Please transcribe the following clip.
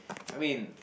I mean